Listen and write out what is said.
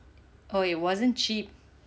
oh it wasn't cheap